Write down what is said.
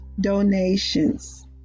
donations